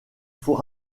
faut